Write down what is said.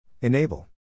Enable